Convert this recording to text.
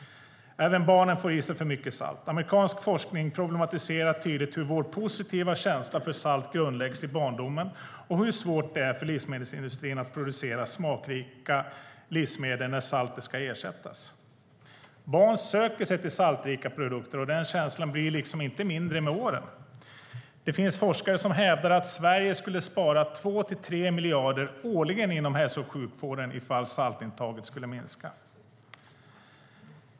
Även barnen får i sig för mycket salt. Amerikansk forskning problematiserar tydligt hur vår positiva känsla för salt grundläggs i barndomen och hur svårt det är för livsmedelsindustrin att producera smakrika livsmedel när saltet ska ersättas. Barn söker sig till saltrika produkter, och den känslan blir liksom inte mindre med åren. Det finns forskare som hävdar att Sverige skulle spara 2-3 miljarder årligen inom hälso och sjukvården ifall saltintaget hos befolkningen skulle minska.